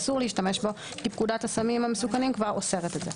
אסור להשתמש בו כי פקודת הסמים המסוכנים כבר אוסרת את זה.